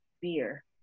beer